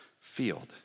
field